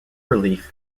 relief